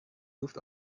luft